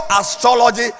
astrology